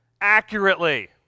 accurately